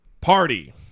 party